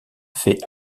fait